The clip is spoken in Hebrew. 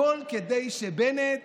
הכול כדי שבנט